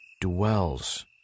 dwells